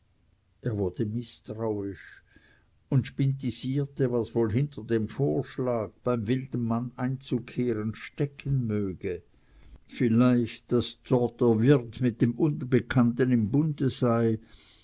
er wurde mißtrauisch und spintisierte was wohl hinter dem vorschlag beim wildenmann einzukehren stecken möge vielleicht daß dort der wirt mit dem unbekannten im bunde sei